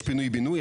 יש פינוי בינוי,